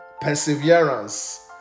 Perseverance